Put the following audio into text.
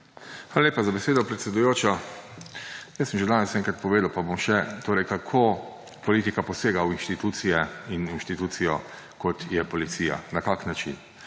Hvala lepa za besedo, predsedujoča. Jaz sem že danes enkrat povedal, pa bom še, torej kako politika posega v inštitucije in v inštitucijo, kot je policija, na kakšen način.